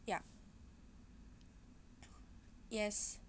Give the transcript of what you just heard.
ya yes